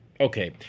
Okay